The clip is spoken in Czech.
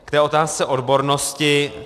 K té otázce odbornosti.